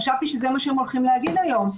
חשבתי שזה מה שהם הולכים להגיד היום.